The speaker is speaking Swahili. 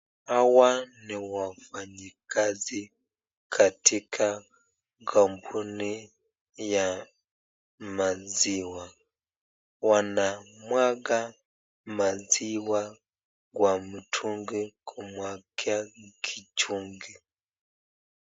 Hawa ni wafanyikazi katika kampuni ya maziwa. Wanamwaga maziwa kwa mtungi wakiwa wameeka kichungi.